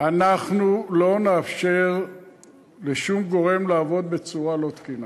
לא נאפשר לשום גורם לעבוד בצורה לא תקינה.